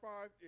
five